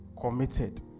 committed